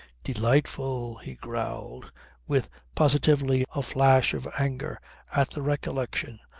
delightful, he growled with, positively, a flash of anger at the recollection,